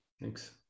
Thanks